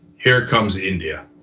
here comes india.